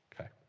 Okay